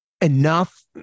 enough